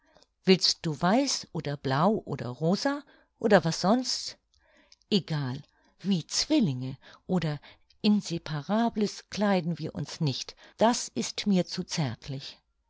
willst du weiß oder blau oder rosa oder was sonst egal wie zwillinge oder inseparables kleiden wir uns nicht das ist mir zu zärtlich